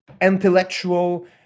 intellectual